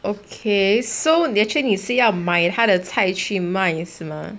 okay so actually 你是要买他的菜去卖是吗